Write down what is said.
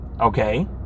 Okay